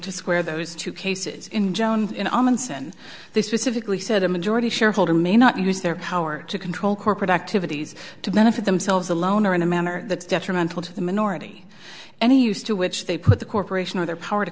to square those two cases in john in ahmanson this was civically said a majority shareholder may not use their power to control corporate activities to benefit themselves alone or in a manner that's detrimental to the minority any use to which they put the corporation or their power to